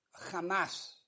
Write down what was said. Hamas